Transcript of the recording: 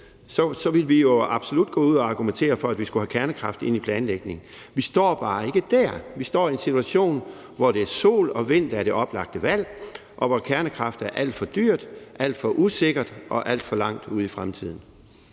Så ville vi jo absolut gå ud og argumentere for, at vi skulle have kernekraft ind i planlægningen. Vi står bare ikke der. Vi står i en situation, hvor det er sol- og vindenergi, der er det oplagte valg, og hvor kernekraft er alt for dyrt, alt for usikkert og ligger alt for langt ude i fremtiden.